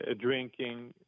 drinking